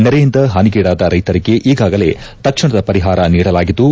ನೆರೆಯಿಂದ ಹಾನಿಗೀಡಾದ ರೈತರಿಗೆ ಈಗಾಗಲೇ ತಕ್ಷಣದ ಪರಿಹಾರ ನೀಡಲಾಗಿದ್ದು